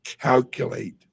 calculate